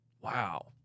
Wow